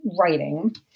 writing